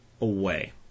away